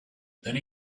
then